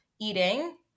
eating